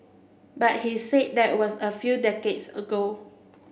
but he said that was a few decades ago